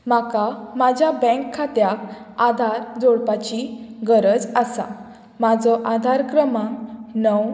म्हाका म्हाज्या बँक खात्याक आधार जोडपाची गरज आसा म्हाजो आधार क्रमांक णव